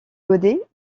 godet